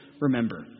remember